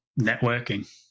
networking